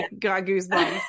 goosebumps